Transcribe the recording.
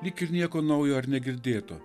lyg ir nieko naujo ar negirdėto